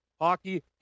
hockey